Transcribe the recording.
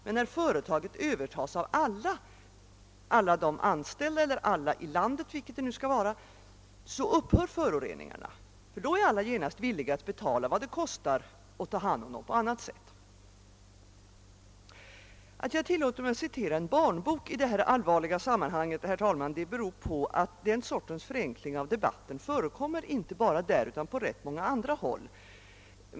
Men när företaget övertas av »alla« — alla de anställda eller alla i landet, vilket det nu skall vara — upphör föroreningarna, ty då är alla genast villiga att betala vad det kostar att ta hand om föroreningarna på annat sätt. Att jag tillåter mig att citera en barnbok i detta allvarliga sammanhang be ror på att denna sorts förenkling av de: batten förekommer inte bara där utan på ganska många andra håll.